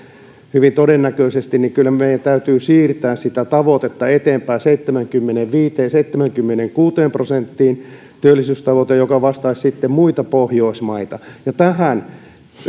hyvin todennäköisesti meidän täytyy kyllä siirtää eteenpäin seitsemäänkymmeneenviiteen viiva seitsemäänkymmeneenkuuteen prosenttiin työllisyystavoite joka vastaisi muita pohjoismaita ja tähän